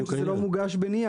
הכוונה היא שזה לא מוגש בנייר.